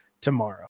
tomorrow